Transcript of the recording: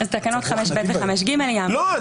אז תקנות 5ב ו-5ג --- לא,